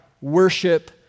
worship